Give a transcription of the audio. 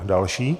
Další?